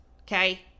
okay